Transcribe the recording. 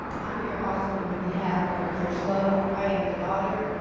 i'm here also on the behalf of coach love. i am the daughter.